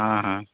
ହଁ ହଁ